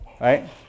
Right